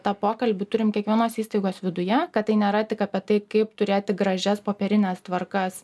tą pokalbį turim kiekvienos įstaigos viduje kad tai nėra tik apie tai kaip turėti gražias popierines tvarkas